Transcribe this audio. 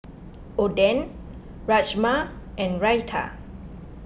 Oden Rajma and Raita